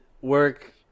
work